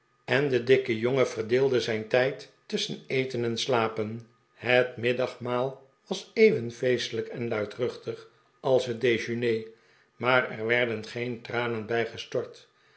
en de dikke jongen verdeelde zijn tijd tusschen eten en slapen het middagmaal was even feestelijk en luidruchtig als het dejeuner maar er werden geen tranen bij gestort